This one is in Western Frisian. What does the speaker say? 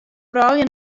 froulju